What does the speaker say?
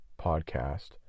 podcast